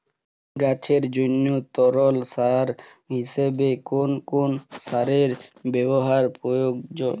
গাছের জন্য তরল সার হিসেবে কোন কোন সারের ব্যাবহার প্রযোজ্য?